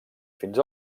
fins